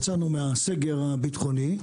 יצאנו מהסגר הביטחוני,